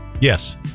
Yes